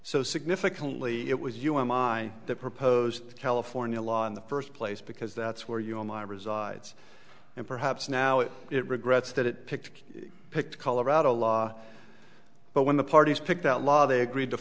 so significantly it was u m i that proposed california law in the first place because that's where you all my resides and perhaps now it it regrets that it picked picked colorado law but when the parties picked that law they agreed to